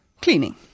cleaning